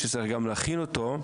שצריך להכין אותו.